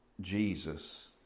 Jesus